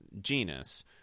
genus